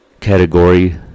category